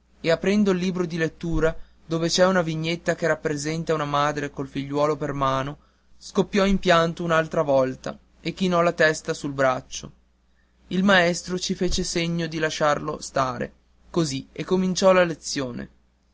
e aprendo il libro di lettura dove c'è una vignetta che rappresenta una madre col figliuolo per mano scoppiò in pianto un'altra volta e chinò la testa sul banco il maestro ci fece segno di lasciarlo stare così e cominciò la lezione